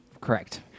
Correct